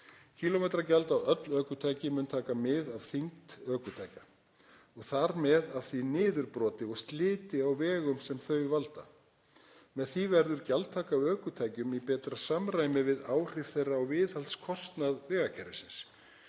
Kílómetragjald á öll ökutæki mun taka mið af þyngd ökutækja og þar með af því niðurbroti og sliti á vegum sem þau valda. Með því verður gjaldtaka af ökutækjum í betra samræmi við áhrif þeirra á viðhaldskostnað vegakerfisins.